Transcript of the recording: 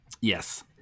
Yes